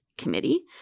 Committee